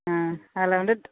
ஆ அதில் வந்து